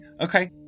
okay